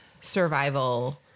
survival